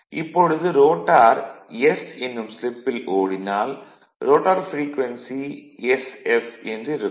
இப்பொழுது rotor s என்னும் ஸ்லிப்பில் ஓடினால் ரோட்டார் ப்ரீக்வென்சி sf என்றிருக்கும்